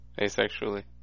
asexually